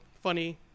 funny